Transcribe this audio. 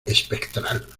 espectral